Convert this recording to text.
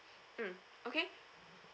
mm okay